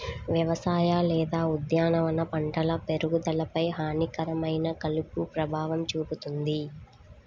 వ్యవసాయ లేదా ఉద్యానవన పంటల పెరుగుదలపై హానికరమైన కలుపు ప్రభావం చూపుతుంది